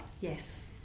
yes